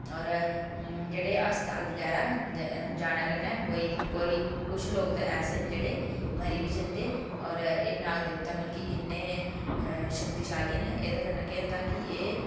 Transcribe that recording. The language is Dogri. होर जेह्ड़े हस्पताल बगैरा जाने कन्नै कोई कोई कुछ लोग ते ऐसे न जेह्ड़े मरी बी जंदे होर एह् नाग देवता मतलब कि इ'न्ने शक्तिशाली न एह्दे कन्नै केह् होंदा कि एह्